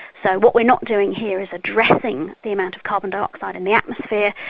so what we're not doing here is addressing the amount of carbon dioxide in the atmosphere,